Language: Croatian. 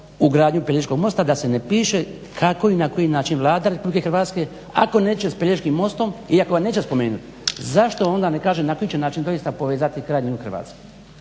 u gradnju Pelješkog mosta, da se ne piše kako i na koji način Vlada Republike Hrvatske ako neće s Pelješkim mostom iako ga neće spomenuti zašto onda ne kaže na koji način će doista povezati krajnji jug Hrvatske.